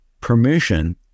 permission